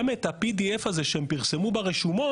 גם את ה PDF הזה שהם פרסמו ברשומות,